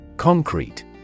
Concrete